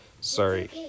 Sorry